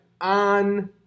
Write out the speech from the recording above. on